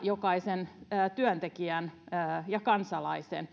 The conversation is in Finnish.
jokaisen työntekijän ja kansalaisen